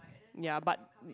ya but